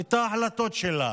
את ההחלטות שלה.